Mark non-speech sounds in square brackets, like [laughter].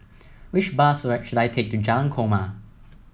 which bus [unintelligible] should I take to Jalan Korma